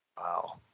Wow